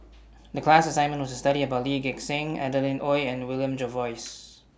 The class assignment was to study about Lee Gek Seng Adeline Ooi and William Jervois